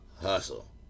hustle